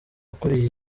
ukuriye